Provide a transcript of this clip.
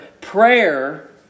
Prayer